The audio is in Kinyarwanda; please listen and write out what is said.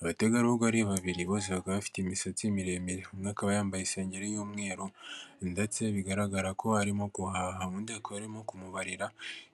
Abategarugori babiri bose bakaba bafite imisatsi miremire, umwe akaba yambaye isengero y'umweru ndetse bigaragara ko arimo guhaha, undi akaba arimo kumubarira